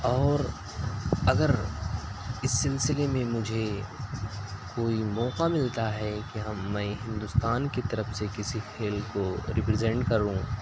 اور اگر اس سلسلے میں مجھے کوئی موقع ملتا ہے کہ ہم میں ہندوستان کی طرف سے کسی کھیل کو ریپرزینٹ کروں